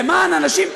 למען אנשים,